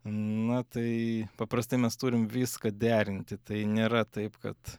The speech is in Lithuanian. na tai paprastai mes turim viską derinti tai nėra taip kad